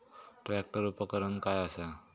Tractor उपकरण काय असा?